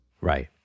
Right